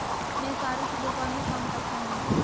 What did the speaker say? मैं साड़ी की दुकान में काम करता हूं